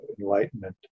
enlightenment